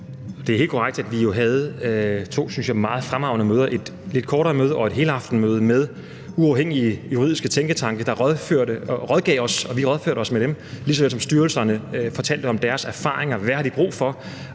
Det er helt korrekt, at vi havde to, synes jeg, meget fremragende møder, nemlig et lidt kortere møde og et helaftensmøde, med uafhængige juridiske tænketanke, der rådgav os, og som vi rådførte os med, ligesom styrelserne fortalte om deres erfaringer: Hvad har de brug for?